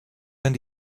and